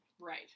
Right